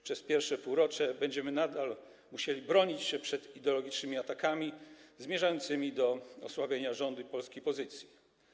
Przez pierwsze półrocze nadal będziemy musieli bronić się przed ideologicznymi atakami zmierzającymi do osłabienia rządu i polskiej pozycji.